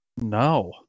no